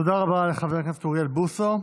תודה רבה לחבר הכנסת אוריאל בוסו.